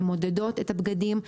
מודדות את הבגדים,